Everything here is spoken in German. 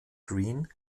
green